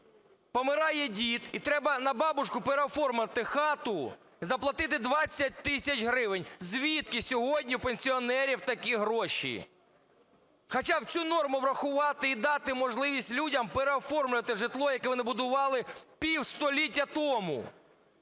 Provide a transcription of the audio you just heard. помирає дід і треба на бабушку переоформити хату і заплатити 20 тисяч гривень". Звідки сьогодні в пенсіонерів такі гроші? Хоча б в цю норму врахувати і дати можливість людям переоформити житло, яке вони будували півстоліття тому.